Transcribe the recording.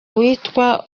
witwa